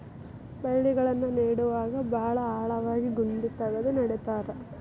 ಬಳ್ಳಿಗಳನ್ನ ನೇಡುವಾಗ ಭಾಳ ಆಳವಾಗಿ ಗುಂಡಿ ತಗದು ನೆಡತಾರ